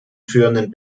führenden